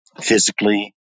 physically